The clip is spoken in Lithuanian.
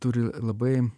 turi a labai